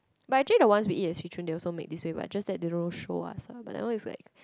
but actually the ones we eat at swee choon they also make this way but just that they don't show us lah but that one is like